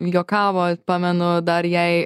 juokavo pamenu dar jei